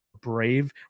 Brave